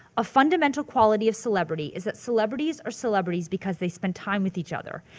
a fundamental quality of celebrity is that celebrities are celebrities because they spend time with each other,